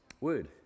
Word